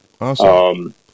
Awesome